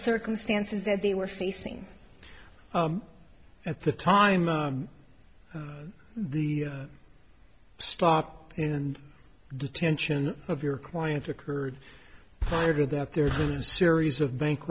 circumstances that they were facing at the time the stop and detention of your clients occurred prior to that their series of bank